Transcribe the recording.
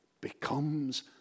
becomes